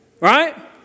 Right